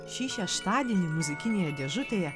šį šeštadienį muzikinėje dėžutėje